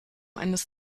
eines